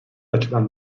açıdan